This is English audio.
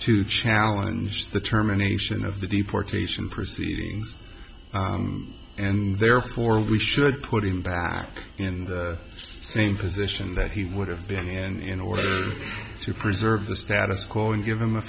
to challenge the terminations of the deportation proceedings and therefore we should put him back in the same position that he would have been in order to preserve the status quo and give him a